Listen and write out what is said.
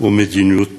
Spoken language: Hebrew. ומדיניות פשוט,